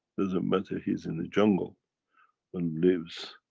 doesn't matter he's in the jungle and lives